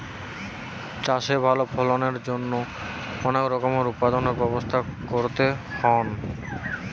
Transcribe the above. চাষে ভালো ফলনের জন্য অনেক রকমের উৎপাদনের ব্যবস্থা করতে হইন